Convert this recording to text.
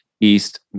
East